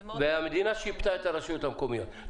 זה מאוד --- והמדינה שיפתה את הרשויות המקומיות.